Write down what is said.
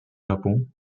japon